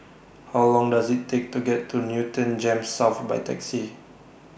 How Long Does IT Take to get to Newton Gems South By Taxi